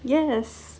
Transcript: yes